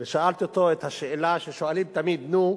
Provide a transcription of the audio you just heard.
ושאלתי אותו את השאלה ששואלים תמיד: נו,